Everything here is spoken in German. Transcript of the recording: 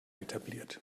etabliert